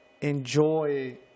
enjoy –